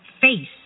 face